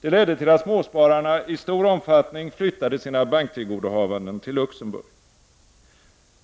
Det ledde till att småspararna i stor omfattning flyttade sina banktillgodohavanden till Luxemburg.